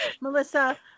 Melissa